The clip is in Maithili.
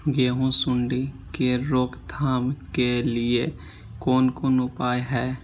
गेहूँ सुंडी के रोकथाम के लिये कोन कोन उपाय हय?